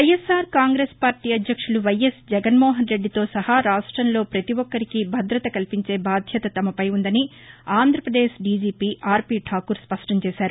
YSR Congress party అధ్యక్షులు వైఎస్ జగన్మోహన్రెడ్డితో సహా రాష్టంలో పతి ఒక్కరికీ భద్రదత కల్పించే బాధ్యత తమపై ఉందని ఆంధ్రప్రదేశ్ డీజీపీ ఆర్పి ఠాకూర్ స్పష్టం చేశారు